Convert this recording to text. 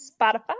Spotify